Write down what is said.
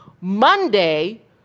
Monday